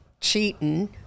cheating